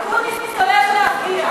אקוניס עולה להפתיע.